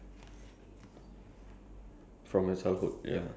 what dreams from your childhood have you achieved